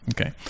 Okay